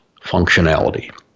functionality